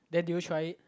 then did you try it